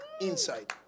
inside